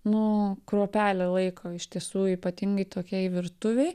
nu kruopelė laiko iš tiesų ypatingai tokiai virtuvei